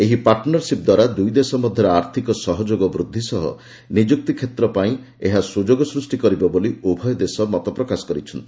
ଏହି ପାଟନରସିପ୍ ଦ୍ୱାରା ଦୁଇ ଦେଶ ମଧ୍ୟରେ ଆର୍ଥିକ ସହଯୋଗ ବୃଦ୍ଧି ସହ ନିଯୁକ୍ତି କ୍ଷେତ୍ର ପାଇଁ ଏହା ସୁଯୋଗ ସୃଷ୍ଟି କରିବ ବୋଲି ଉଭୟ ଦେଶ ମତପ୍ରକାଶ କରିଛନ୍ତି